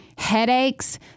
Headaches